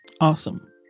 Awesome